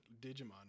Digimon